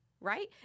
Right